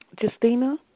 Justina